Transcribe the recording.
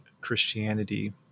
Christianity